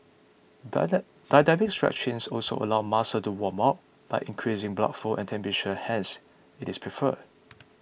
dynamic stretching also allows muscles to warm up by increasing blood flow and temperature hence it is preferred